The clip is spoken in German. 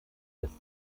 des